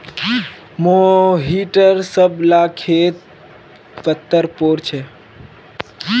मोहिटर सब ला खेत पत्तर पोर छे